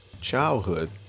childhood